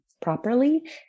properly